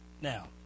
Now